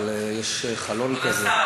אבל יש חלון כזה,